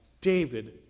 David